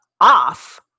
Off